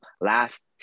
last